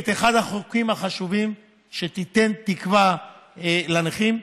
אחד החוקים החשובים ותיתן תקווה לנכים,